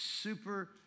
super